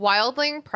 Wildling